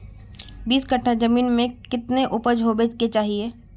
बीस कट्ठा जमीन में कितने उपज होबे के चाहिए?